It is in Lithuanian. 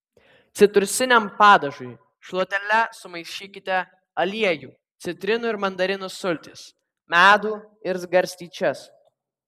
citrusiniam padažui šluotele sumaišykite aliejų citrinų ir mandarinų sultis medų ir garstyčias